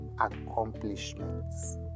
accomplishments